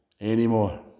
anymore